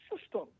system